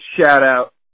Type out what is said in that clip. shout-out